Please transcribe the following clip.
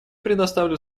предоставлю